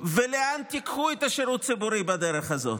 ולאן תיקחו את השירות הציבורי בדרך הזאת?